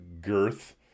girth